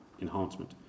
enhancement